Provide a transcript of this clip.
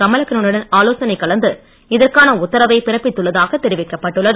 கமலக்கண்ணனுடன் ஆலோசனை கலந்து இதற்கான உத்தரவை பிறப்பித்துள்ளதாக தெரிவிக்கப்பட்டுள்ளது